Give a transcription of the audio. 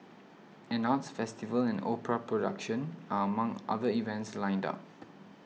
an arts festival and opera production are among other events lined up